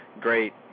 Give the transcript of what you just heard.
Great